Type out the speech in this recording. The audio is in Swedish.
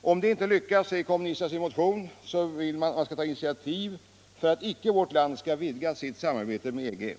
Om inte detta lyckas, vill motionärerna att initiativ tas för att vårt land icke skall vidga sitt samarbete med EG.